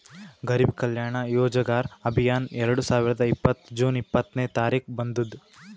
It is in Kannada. ಗರಿಬ್ ಕಲ್ಯಾಣ ರೋಜಗಾರ್ ಅಭಿಯಾನ್ ಎರಡು ಸಾವಿರದ ಇಪ್ಪತ್ತ್ ಜೂನ್ ಇಪ್ಪತ್ನೆ ತಾರಿಕ್ಗ ಬಂದುದ್